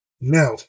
Now